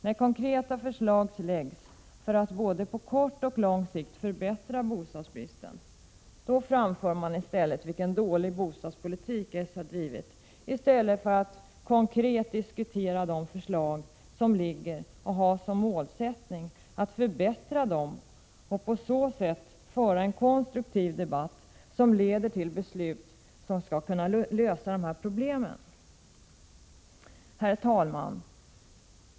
När konkreta förslag läggs fram, för att på både kort och lång sikt förbättra bostadssituationen, då talar de borgerliga om vilken dålig bostadspolitik socialdemokraterna har drivit, i stället för att diskutera de förslag som ligger och ha som målsättning att förbättra dem och på så sätt föra en konstruktiv debatt som leder till beslut som skall kunna lösa problemen. Herr talman!